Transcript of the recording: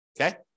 Okay